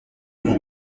nkuru